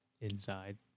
inside